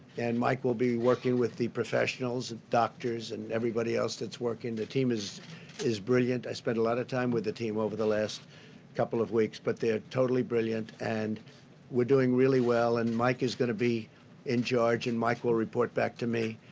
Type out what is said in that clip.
and mike will be working with the professionals, doctors, and everybody else that's working. the team is is brilliant. i spent a lot of time with the team over the last couple of weeks, but they're totally brilliant, and we're doing really well. make is going to be in charge, and mike will report back to me.